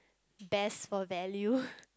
best for value